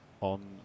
on